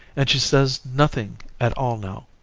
and she says nothing at all now.